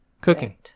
cooking